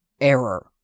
Error